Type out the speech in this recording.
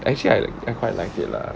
actually I quite like it lah